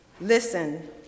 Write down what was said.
Listen